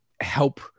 help